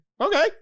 okay